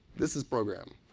this is program.